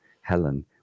Helen